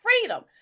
freedom